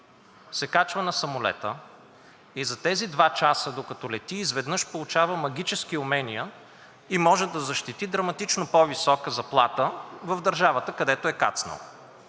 се качва на самолета и за тези два часа, докато лети, изведнъж получава магически умения и може да защити драматично по-висока заплата в държавата, където е кацнал,